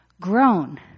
grown